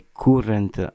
current